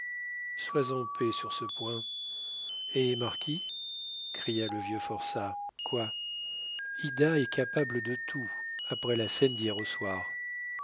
sois en paix sur ce point hé marquis cria le vieux forçat quoi ida est capable de tout après la scène d'hier au soir